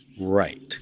right